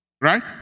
right